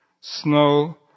snow